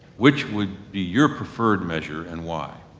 which would be your preferred measure and why?